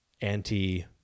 anti